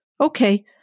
Okay